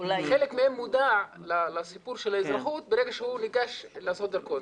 חלק מהם מודע לסיפור של האזרחות ברגע שהוא ניגש לעשות דרכון,